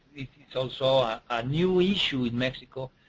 so so ah a new issue in mexico,